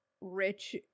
rich